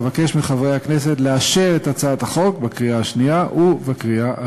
אבקש מחברי הכנסת לאשר את הצעת החוק בקריאה שנייה ובקריאה שלישית.